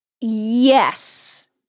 Yes